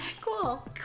cool